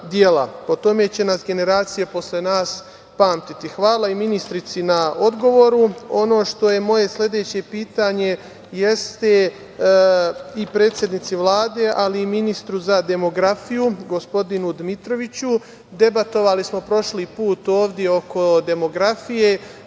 Po tome će nas generacije posle nas pamtiti. Hvala i ministarki na odgovoru. Ono što je moje sledeće pitanje, jeste i predsednici Vlade, ali i ministru za demografiju, gospodinu Dmitroviću. Debatovali smo prošli put ovde, oko demografije.